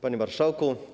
Panie Marszałku!